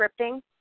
scripting